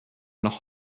noch